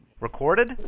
Recorded